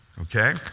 Okay